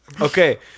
Okay